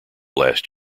last